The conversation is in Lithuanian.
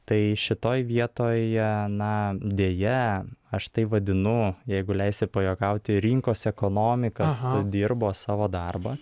tai šitoj vietoj na deja aš tai vadinu jeigu leisi pajuokauti rinkos ekonomikos sudirbo savo darbą